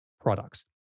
products